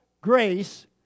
grace